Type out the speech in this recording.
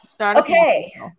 Okay